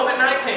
COVID-19